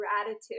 gratitude